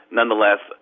nonetheless